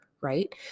right